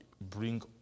bring